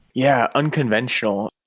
yeah, unconventional.